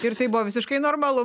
ir tai buvo visiškai normalu